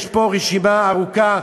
יש פה רשימה ארוכה,